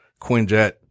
Quinjet